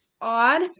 odd